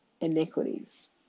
iniquities